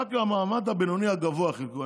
רק למעמד הבינוני-הגבוה חילקו.